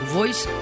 Voice